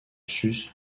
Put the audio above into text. sus